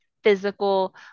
physical